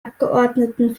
abgeordneten